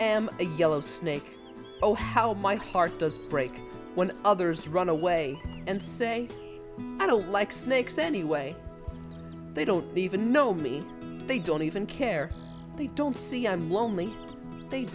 am a yellow snake oh how my heart does break when others run away and say i don't like snakes anyway they don't even know me they don't even care they don't see i'm lonely they